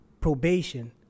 probation